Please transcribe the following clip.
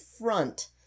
front